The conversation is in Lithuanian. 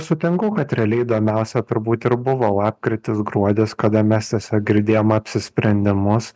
sutinku kad realiai įdomiausia turbūt ir buvo lapkritis gruodis kada mes tiesiog girdėjom apsisprendimus